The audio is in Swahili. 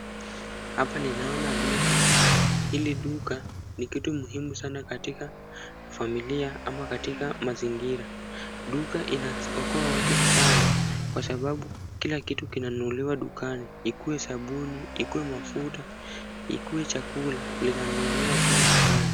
Hapa ninaona duka. Hili duka ni kitu muhimu sana katika familia ama katika mazingira. Duka inaokoa watu sana kwa sababu kila kitu kinanunuliwa dukani. Ikuwe sabuni, ikuwe mafuta, ikuwe chakula, linanunuliwa tu dukani.